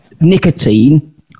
Nicotine